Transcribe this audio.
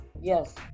Yes